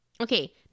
Okay